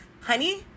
Honey